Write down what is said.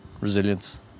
resilience